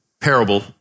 parable